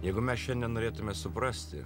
jeigu mes šiandien norėtume suprasti